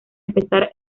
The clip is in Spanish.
empezar